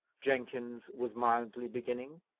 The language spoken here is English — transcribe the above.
jenkins was mildly beginning.